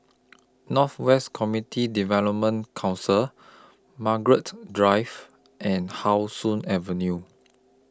North West Community Development Council Margaret Drive and How Sun Avenue